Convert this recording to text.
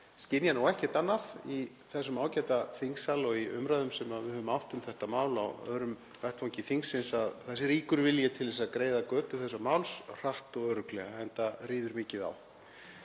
skynja ekkert annað í þessum ágæta þingsal og í umræðum sem við höfum átt um þetta mál á öðrum vettvangi þingsins en að það sé ríkur vilji til að greiða götu þessa máls hratt og örugglega, enda ríður mikið á.